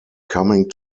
coming